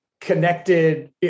connected